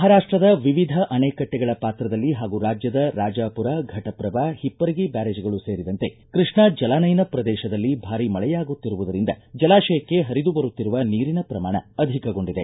ಮಹಾರಾಷ್ಟದ ವಿವಿಧ ಅಣೆಕಟ್ಟೆಗಳ ಪಾತ್ರದಲ್ಲಿ ಹಾಗೂ ರಾಜ್ಜದ ರಾಜಾಪುರ ಘಟಪ್ರಭಾ ಹಿಪ್ಪರಗಿ ಬ್ದಾರೇಜ್ಗಳು ಸೇರಿದಂತೆ ಕೃಷ್ಣಾ ಜಲಾನಯನ ಪ್ರದೇಶದಲ್ಲಿ ಭಾರೀ ಮಳೆಯಾಗುತ್ತಿರುವುದರಿಂದ ಜಲಾಶಯಕ್ಕೆ ಪರಿದು ಬರುತ್ತಿರುವ ನೀರಿನ ಪ್ರಮಾಣ ಅಧಿಕಗೊಂಡಿದೆ